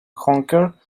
honker